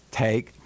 take